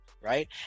right